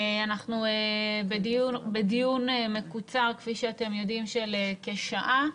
אנחנו בדיון מקוצר של כשעה.